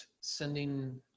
sending